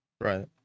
Right